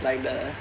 like the